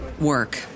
work